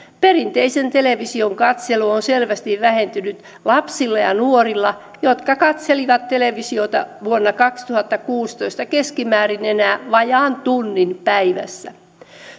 perinteisen television katselu on selvästi vähentynyt lapsilla ja nuorilla jotka katselivat televisiota vuonna kaksituhattakuusitoista keskimäärin enää vajaan tunnin päivässä